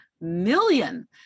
million